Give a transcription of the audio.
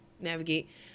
navigate